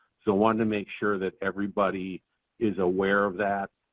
so wanted to make sure that everybody is aware of that.